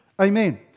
Amen